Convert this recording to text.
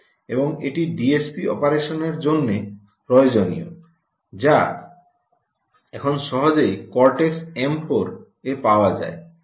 এবং এটি ডিএসপি অপারেশনের জন্য প্রয়োজনীয় যা এখন সহজেই কর্টেক্স এম 4 এ পাওয়া যায়